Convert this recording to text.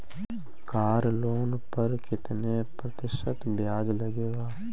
Car loan पर कितने प्रतिशत ब्याज लगेगा?